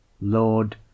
Lord